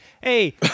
Hey